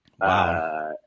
Wow